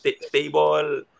stable